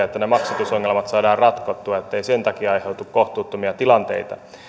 että ne maksatusongelmat saadaan ratkottua ettei sen takia aiheudu kohtuuttomia tilanteita